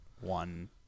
one